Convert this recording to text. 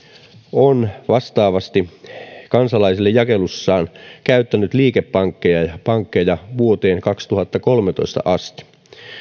on vastaavasti kansalaisille jakelussaan käyttänyt liikepankkeja ja pankkeja vuoteen kaksituhattakolmetoista asti